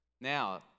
Now